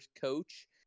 coach